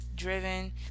driven